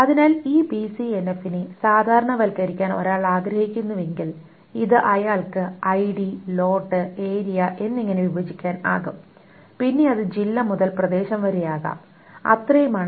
അതിനാൽ ഈ ബിസിഎൻഎഫിനെ സാധാരണവൽക്കരിക്കാൻ ഒരാൾ ആഗ്രഹിക്കുന്നുവെങ്കിൽ ഇത് അയാൾക്ക് ഐഡി ലോട്ട് ഏരിയ എന്നിങ്ങനെ വിഭജിക്കാൻ ആകും പിന്നെ അത് ജില്ല മുതൽ പ്രദേശം വരെ ആകാം അത്രയും ആണ്